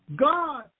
God